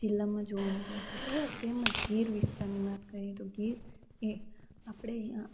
જિલ્લામાં જોવા મળે છે તેમજ ગીર વિસ્તારની વાત કરીએ તો ગીર એ આપણે